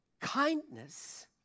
Kindness